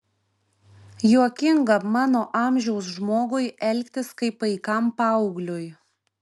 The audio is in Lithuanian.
juokinga mano amžiaus žmogui elgtis kaip paikam paaugliui